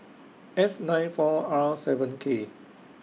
F nine four R seven K